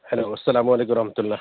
hello السّلام علیکم و رحمتہ اللہ